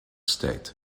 state